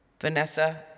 Vanessa